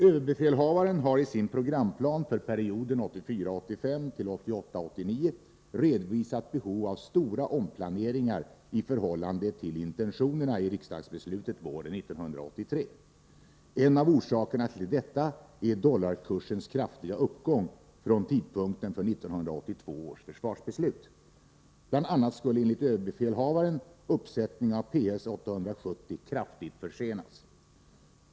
Överbefälhavaren har i sin programplan för perioden 1984 89 redovisat behov av stora omplaneringar i förhållande till intentionerna i riksdagsbeslutet våren 1983. En av orsakerna till detta är dollarkursens kraftiga uppgång från tidpunkten för 1982 års försvarsbeslut. Bland annat skulle enligt överbefälhavaren uppsättningen av PS 870 kraftigt försenas.